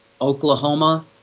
Oklahoma